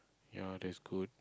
ya that's good